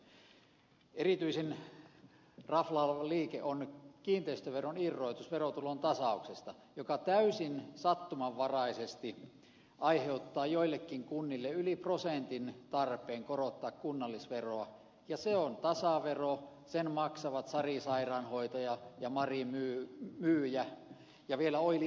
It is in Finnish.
erityisen raflaava liike on kiinteistöveron irrotus verotulon tasauksesta mikä täysin sattumanvaraisesti aiheuttaa joillekin kunnille yli prosentin tarpeen korottaa kunnallisveroa ja se on tasavero sen maksavat sari sairaanhoitaja mari myyjä ja vielä oili opettajakin